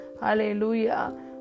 hallelujah